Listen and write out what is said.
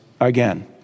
again